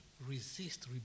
resist